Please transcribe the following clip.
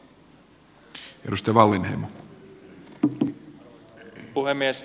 arvoisa puhemies